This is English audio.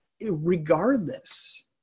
Regardless